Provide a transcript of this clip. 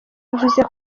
bivuze